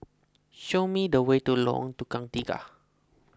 show me the way to Lorong Tukang Tiga